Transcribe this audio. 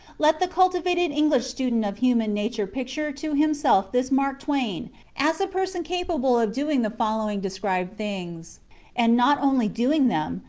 let the cultivated english student of human nature picture to himself this mark twain as a person capable of doing the following-described things and not only doing them,